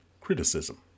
criticism